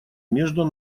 между